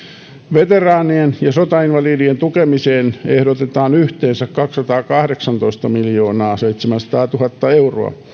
veteraanien ja sotainvalidien tukemiseen ehdotetaan yhteensä kaksisataakahdeksantoistamiljoonaaseitsemänsataatuhatta euroa